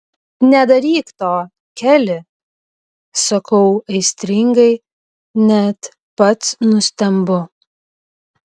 nedaryk to keli sakau aistringai net pats nustembu